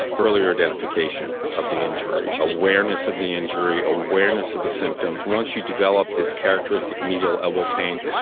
earlier identification of the injury, awareness of the injury, awareness of the symptoms. once you develop this characteristic medial elbow pain,